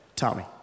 Tommy